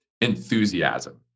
enthusiasm